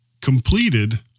completed